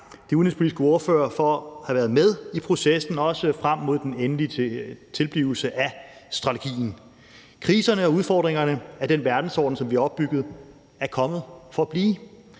de udenrigspolitiske ordførere for at have været med i processen, også frem mod den endelige tilblivelse af strategien. Kriserne i og udfordringerne for den verdensorden, som vi opbyggede, er kommet for at blive.